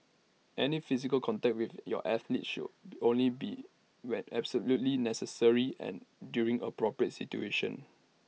any physical contact with your athletes should only be when absolutely necessary and during appropriate situations